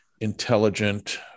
intelligent